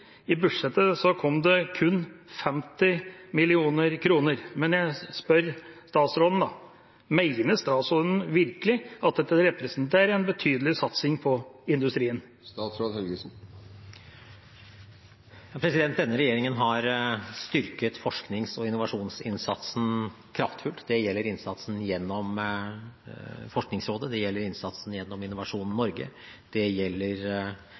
I budsjettet kom det kun 50 mill. kr, men jeg spør statsråden da: Mener statsråden virkelig at dette representerer en betydelig satsing på industrien? Denne regjeringen har styrket forsknings- og innovasjonsinnsatsen kraftfullt. Det gjelder innsatsen gjennom Forskningsrådet, det gjelder innsatsen gjennom Innovasjon Norge, det gjelder